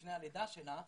לפני הלידה שלה,